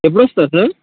ఎపుడొస్తారు sir